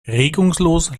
regungslos